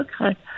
okay